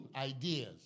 ideas